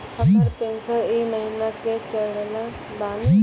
हमर पेंशन ई महीने के चढ़लऽ बानी?